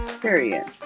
Period